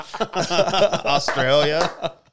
Australia